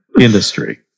industry